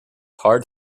hard